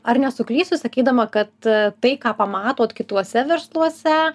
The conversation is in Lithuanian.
ar nesuklysiu sakydama kad tai ką pamatot kituose versluose